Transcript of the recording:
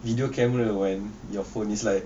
video camera when your phone is like